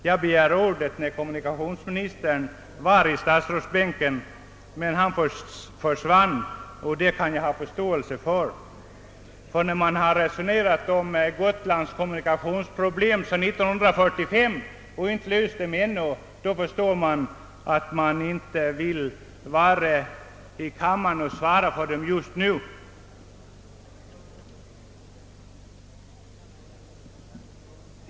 Jag begärde ordet när kommunikationsministern var i statsrådsbänken, men han försvann som sagt, och det kan jag förstå. Man har nämligen resonerat om Gotlands kommunikationsproblem sedan 1945 och inte löst dem ännu. Det är då lätt att förstå att kommunikationsministern inte just nu vill i kammaren svara på hur man tänker klara av dem.